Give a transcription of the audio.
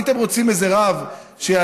הייתם רוצים איזה רב שיעלה,